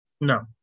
No